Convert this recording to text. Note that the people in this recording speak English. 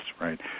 right